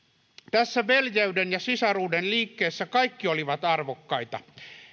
tässä veljeyden ja sisaruuden liikkeessä kaikki olivat arvokkaita